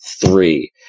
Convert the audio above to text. three